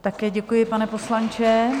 Také děkuji, pane poslanče.